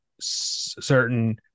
certain